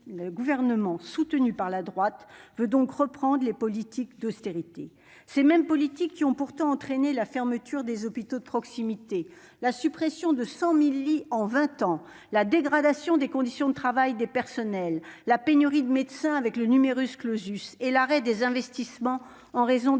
le Gouvernement, soutenu par la droite, veut reprendre les politiques d'austérité, celles-là mêmes qui ont entraîné la fermeture des hôpitaux de proximité, la suppression de 100 000 lits en vingt ans, la dégradation des conditions de travail des personnels, la pénurie de médecins du fait du et l'arrêt des investissements en raison de l'endettement